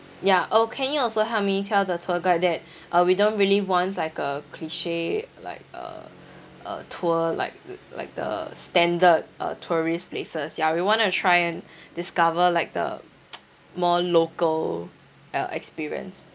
ya oh can you also help me tell the tour guide that uh we don't really want like a cliche like uh a tour like like the standard uh tourist places ya we want to try and discover like the more local uh experience